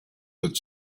that